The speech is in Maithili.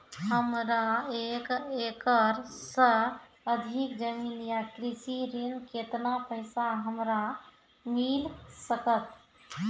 हमरा एक एकरऽ सऽ अधिक जमीन या कृषि ऋण केतना पैसा हमरा मिल सकत?